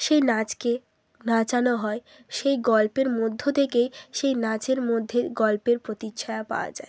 সেই নাচকে নাচানো হয় সেই গল্পের মধ্য থেকে সেই নাচের মধ্যে গল্পের প্রতিচ্ছায়া পাওয়া যায়